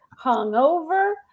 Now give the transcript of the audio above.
hungover